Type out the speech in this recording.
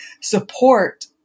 support